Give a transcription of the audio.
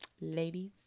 Ladies